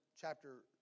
chapter